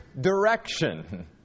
direction